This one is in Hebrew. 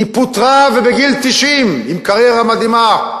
היא פוטרה, בגיל 90, עם קריירה מדהימה,